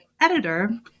editor